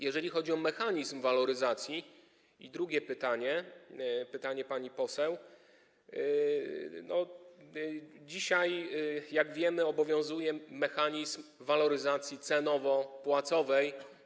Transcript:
Jeżeli chodzi o mechanizm waloryzacji i drugie pytanie, pytanie pani poseł, to dzisiaj, jak wiemy, obowiązuje mechanizm waloryzacji cenowo-płacowej.